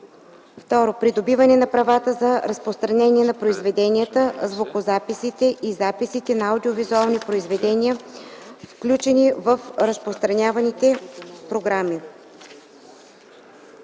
2. придобиване на правата за разпространение на произведенията, звукозаписите и записите на аудио-визуални произведения, включени в разпространяваните програми.”